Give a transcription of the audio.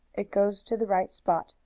it goes to the right spot.